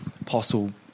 Apostle